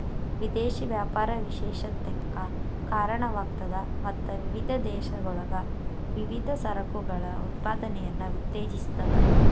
ವಿದೇಶಿ ವ್ಯಾಪಾರ ವಿಶೇಷತೆಕ್ಕ ಕಾರಣವಾಗ್ತದ ಮತ್ತ ವಿವಿಧ ದೇಶಗಳೊಳಗ ವಿವಿಧ ಸರಕುಗಳ ಉತ್ಪಾದನೆಯನ್ನ ಉತ್ತೇಜಿಸ್ತದ